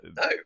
No